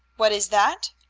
what is that?